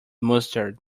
mustard